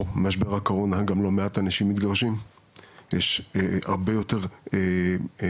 משבר הקורונה גם לא מעט אנשים מתגרשים ויש הרבה יותר אנשים